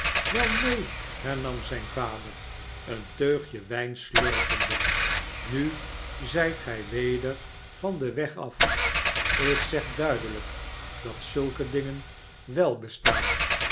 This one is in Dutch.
wel neen hernam zijn vader een teugje wijn slurpende nu zijt gij weder van den weg af ik zeg duidelijk dat zulke dingen wel bestaan